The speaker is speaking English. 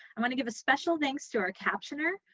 i'm gonna give a special thanks to our captioner,